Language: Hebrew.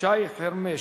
שי חרמש.